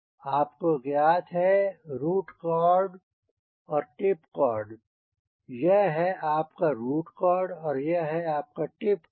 आपको ज्ञात है रुट कॉर्ड और टिप कॉर्ड यह है आपका रुट कॉर्ड और यह है आपका टिप कॉर्ड